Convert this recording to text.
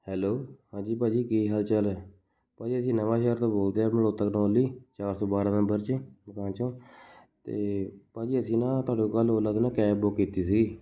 hello ਹਾਂਜੀ ਭਾਅ ਜੀ ਕੀ ਹਾਲ ਚਾਲ ਹੈ ਭਾਅ ਜੀ ਅਸੀਂ ਨਵਾਂ ਸ਼ਹਿਰ ਤੋਂ ਬੋਲਦੇ ਹਾਂ ਚਾਰ ਸੌ ਬਾਰਾਂ ਨੰਬਰ 'ਚ ਮਕਾਨ 'ਚੋਂ ਅਤੇ ਭਾਅ ਜੀ ਅਸੀਂ ਨਾ ਤੁਹਾਡੇ ਕੋਲ ਕੱਲ੍ਹ ਓਲਾ 'ਤੇ ਨਾ ਕੈਬ ਬੁਕ ਕੀਤੀ ਸੀ